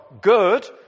good